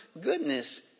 goodness